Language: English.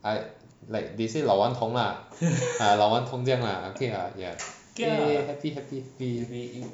I like they say 老顽童 lah 啊老顽童这样 lah okay lah ah ya !yay! happy happy